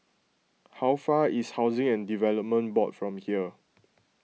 how far is Housing and Development Board from here